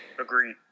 Agreed